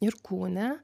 ir kūne